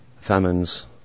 famines